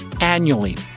annually